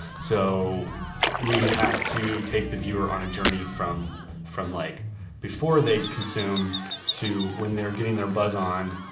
so we have to take the viewer on a journey from from like before they consume to when they're getting their buzz on,